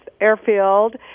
Airfield